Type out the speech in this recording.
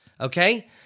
Okay